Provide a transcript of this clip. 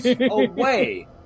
away